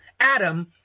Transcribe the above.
Adam